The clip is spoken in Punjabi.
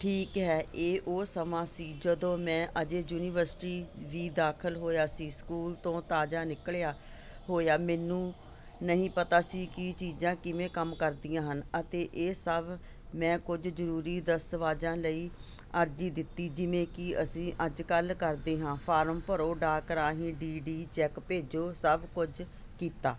ਠੀਕ ਹੈ ਇਹ ਉਹ ਸਮਾਂ ਸੀ ਜਦੋਂ ਮੈਂ ਅਜੇ ਯੂਨੀਵਰਸਿਟੀ ਵੀ ਦਾਖਲ ਹੋਇਆ ਸੀ ਸਕੂਲ ਤੋਂ ਤਾਜ਼ਾ ਨਿਕਲਿਆ ਹੋਇਆ ਮੈਨੂੰ ਨਹੀਂ ਪਤਾ ਸੀ ਕੀ ਚੀਜ਼ਾਂ ਕਿਵੇਂ ਕੰਮ ਕਰਦੀਆਂ ਹਨ ਅਤੇ ਇਹ ਸਭ ਮੈਂ ਕੁਝ ਜ਼ਰੂਰੀ ਦਸਤਾਵੇਜ਼ਾਂ ਲਈ ਅਰਜ਼ੀ ਦਿੱਤੀ ਜਿਵੇਂ ਕਿ ਅਸੀਂ ਅੱਜਕੱਲ੍ਹ ਕਰਦੇ ਹਾਂ ਫ਼ਾਰਮ ਭਰੋ ਡਾਕ ਰਾਹੀਂ ਡੀ ਡੀ ਚੈੱਕ ਭੇਜੋ ਸਭ ਕੁਝ ਕੀਤਾ